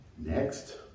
Next